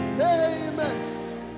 Amen